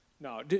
No